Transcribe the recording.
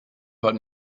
heard